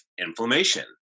Inflammation